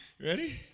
ready